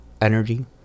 energy